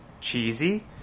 cheesy